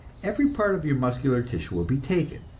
every part of your muscular tissue will be taken,